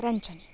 रञ्जनी